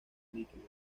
líquido